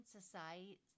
society